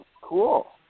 Cool